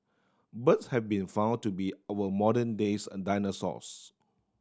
birds have been found to be our modern days a dinosaurs